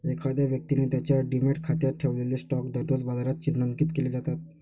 एखाद्या व्यक्तीने त्याच्या डिमॅट खात्यात ठेवलेले स्टॉक दररोज बाजारात चिन्हांकित केले जातात